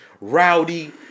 Rowdy